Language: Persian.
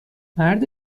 مرد